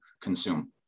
consume